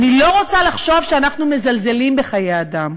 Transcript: אני לא רוצה לחשוב שאנחנו מזלזלים בחיי אדם.